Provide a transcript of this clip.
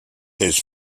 his